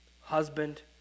husband